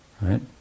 Right